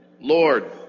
Lord